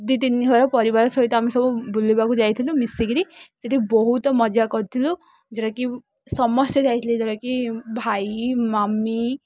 ଦୁଇ ତିନି ଘର ପରିବାର ସହିତ ଆମେ ସବୁ ବୁଲିବାକୁ ଯାଇଥିଲୁ ମିଶିକିରି ସେଇଠି ବହୁତ ମଜା କରିଥିଲୁ ଯେଉଁଟା କି ସମସ୍ତେ ଯାଇଥିଲେ ଯେଉଁଟା କି ଭାଇ ମମ୍ମି